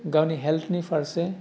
गावनि हेल्टनि फारसे